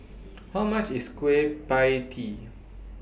How much IS Kueh PIE Tee